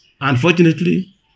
Unfortunately